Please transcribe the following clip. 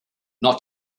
not